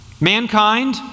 Mankind